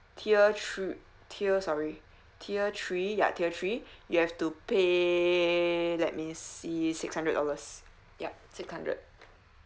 tier three tier sorry tier three ya tier three you have to pay let me see six hundred dollars yup six hundred